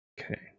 Okay